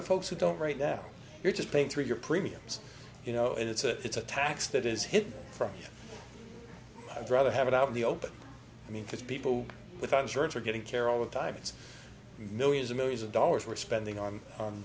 the folks who don't right now you're just paying through your premiums you know it's a it's a tax that is hidden from i'd rather have it out in the open i mean if people without insurance are getting care all the time it's millions of millions of dollars we're spending on